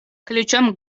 ключом